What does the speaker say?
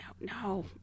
no